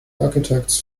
architect’s